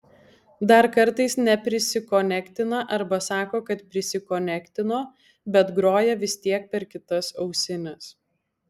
dar kartais neprisikonektina arba sako kad prisikonektino bet groja vis tiek per kitas ausines